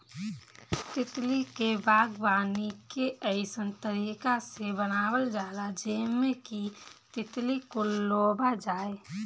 तितली के बागवानी के अइसन तरीका से बनावल जाला जेमें कि तितली कुल लोभा जाये